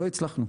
לא הצלחנו.